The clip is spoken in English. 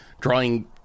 drawing